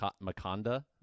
Makanda